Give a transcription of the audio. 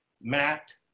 Matt